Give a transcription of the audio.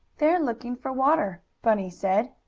they're looking for water, bunny said.